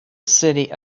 city